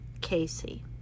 Casey